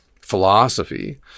philosophy